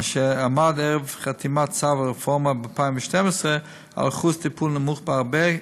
אשר עמד ערב חתימת צו הרפורמה ב-2012 על אחוז טיפול נמוך בהרבה,